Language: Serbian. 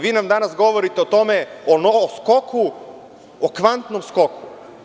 Vi nam danas govorite o tome, o skoku, o kvantnom skoku.